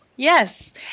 Yes